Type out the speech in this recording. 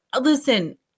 listen